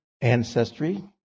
ancestry